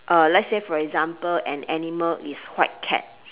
uh let's say for example an animal is white cat